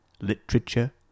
literature